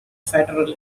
federal